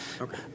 Okay